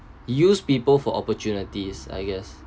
use people for opportunities I guess